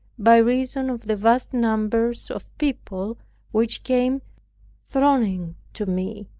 by reason of the vast numbers of people which came thronging to me.